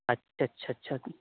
اچھا اچھا اچھا